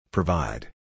Provide